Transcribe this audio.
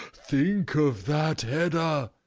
think of that, hedda.